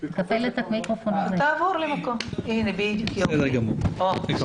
באפריל מצאנו שהחירום לא בדיוק ידע להתארגן ולהודיע לנו